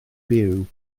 byw